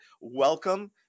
welcome